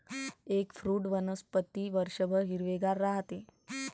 eggfruit वनस्पती वर्षभर हिरवेगार राहते